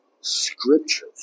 scriptures